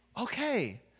Okay